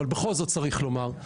אבל בטח צריך לומר,